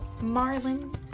Marlin